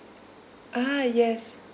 ah yes